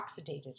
oxidated